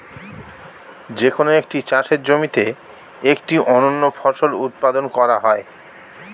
যে কোন একটি চাষের জমিতে একটি অনন্য ফসল উৎপাদন করা হয়